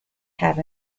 had